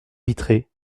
vitrée